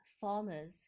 farmers